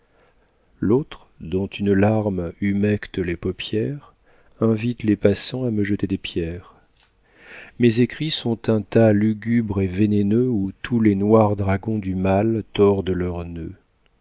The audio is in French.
l'autre dont une larme humecte les paupières invite les passants à me jeter des pierres mes écrits sont un tas lugubre et vénéneux où tous les noirs dragons du mal tordent leurs